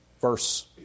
verse